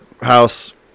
house